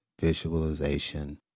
visualization